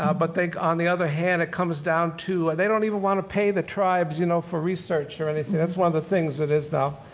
ah but on the other hand it comes down to, they don't even wanna pay the tribes you know for research or anything, that's one of the things it is now.